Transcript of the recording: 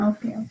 Okay